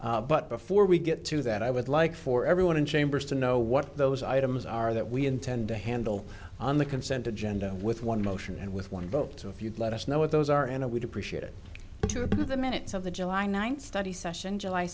but before we get to that i would like for everyone in chambers to know what those items are that we intend to handle on the consent agenda with one motion and with one vote if you'd let us know what those are and i would appreciate it to the minutes of the july ninth study session july